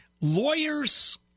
Lawyers